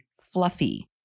fluffy